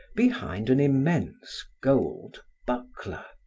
behind an immense gold buckler.